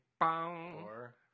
four